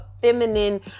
feminine